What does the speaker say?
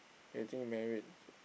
getting married